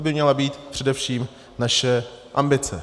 To by měla být především naše ambice.